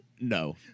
No